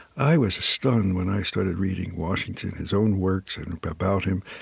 i was stunned when i started reading washington, his own works and about him,